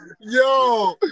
Yo